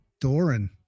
Doran